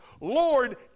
Lord